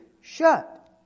shut